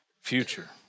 future